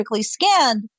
scanned